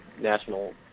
national